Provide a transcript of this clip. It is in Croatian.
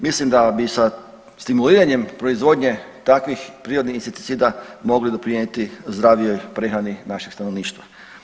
Mislim da bi sa stimuliranjem proizvodnje takvih prirodnih insekticida mogli doprinijeti zdravijoj prehrani našeg stanovništva.